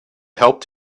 helped